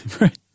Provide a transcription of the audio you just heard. right